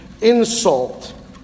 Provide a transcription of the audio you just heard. insult